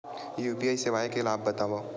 UPI सेवाएं के लाभ बतावव?